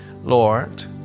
Lord